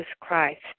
Christ